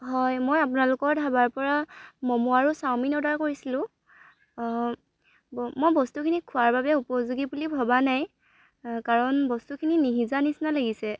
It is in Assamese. হয় মই আপোনালোকৰ ধাবাৰ পৰা ম'ম' আৰু চাওমিন অৰ্ডাৰ কৰিছিলো মই বস্তুখিনি খোৱাৰ বাবে উপযোগী বুলি ভবা নাই কাৰণ বস্তুখিনি নিসিজা নিচিনা লাগিছে